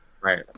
Right